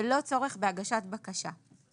בלא צורך בהגשת בקשה לכך.